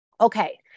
okay